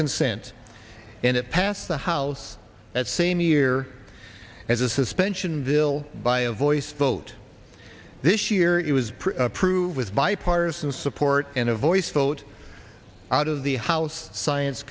consent and it passed the house that same year as a suspension bill by a voice vote this year it was approved with bipartisan support and a voice vote out of the house science